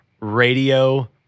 radio